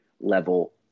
level